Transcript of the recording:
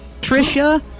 Trisha